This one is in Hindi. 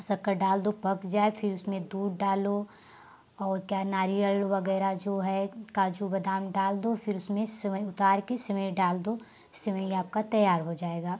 शक्कर डाल दो पक जाए फिर उसमें दूध डालो और क्या नारियल वगैरह जो है काजू बादाम डाल दो फिर उसमें सेवईं उतार के सेवईं डाल दो सेवईं आपका तैयार हो जाएगा